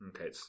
Okay